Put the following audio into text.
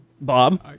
Bob